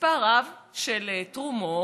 מספר רב של תרומות,